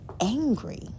angry